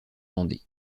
vendée